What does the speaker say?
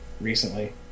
recently